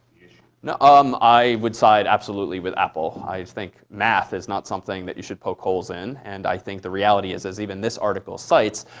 you know um i would side, absolutely, with apple. i think math is not something that you should poke holes in. and i think the reality is, as even this article cites,